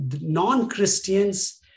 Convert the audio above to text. Non-Christians